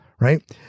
right